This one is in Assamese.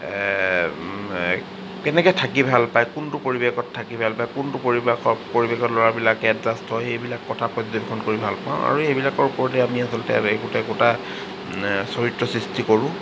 কেনেকৈ থাকি ভাল পায় কোনটো পৰিৱেশত থাকি ভাল পায় কোনটো পৰিৱেশত কোনটো পৰিৱেশত ল'ৰাবিলাকে এডজাষ্ট হয় এইবিলাক কথা পৰ্যবেক্ষণ কৰি ভাল পাওঁ আৰু এইবিলাকৰ ওপৰতে আমি আচলতে একোটা একোটা চৰিত্ৰ সৃষ্টি কৰোঁ